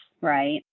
right